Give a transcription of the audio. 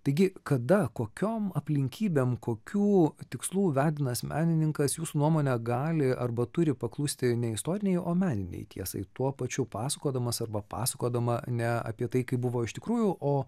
taigi kada kokiom aplinkybėm kokių tikslų vedinas menininkas jūsų nuomone gali arba turi paklusti ne istorinei o meninei tiesai tuo pačiu pasakodamas arba pasakodama ne apie tai kaip buvo iš tikrųjų o